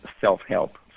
self-help